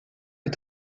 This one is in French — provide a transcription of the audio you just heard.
des